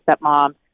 stepmom